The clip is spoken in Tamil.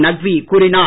நக்வி கூறினார்